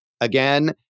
again